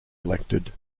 elected